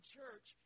church